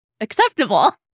acceptable